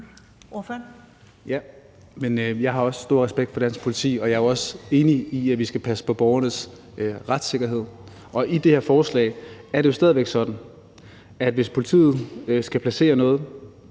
(S): Jeg har også stor respekt for dansk politi, og jeg er jo også enig i, at vi skal passe på borgernes retssikkerhed. I det her forslag er det jo stadig væk sådan, at hvis politiet skal placere noget